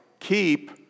Keep